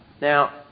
Now